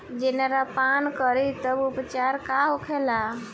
जनेरा पान करी तब उपचार का होखेला?